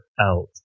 out